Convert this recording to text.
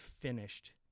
finished